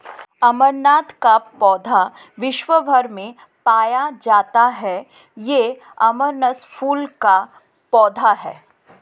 अमरनाथ का पौधा विश्व् भर में पाया जाता है ये अमरंथस कुल का पौधा है